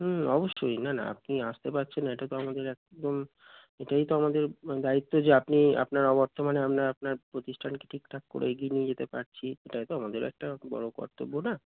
হুম অবশ্যই না না আপনি আসতে পারছেন এটা তো আমাদের একদম এটাই তো আমাদের দায়িত্ব যে আপনি আপনার অবর্তমানে আপনার আপনার প্রতিষ্ঠানকে ঠিকঠাক করে এগিয়ে নিয়ে যেতে পারছি এটাই তো আমাদের একটা বড়ো কর্তব্য না